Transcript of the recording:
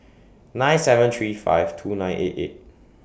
nine seven three five two nine eight eight